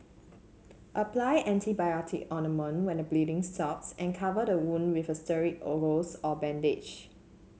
apply antibiotic ointment when the bleeding stops and cover the wound with a sterile gauze or bandage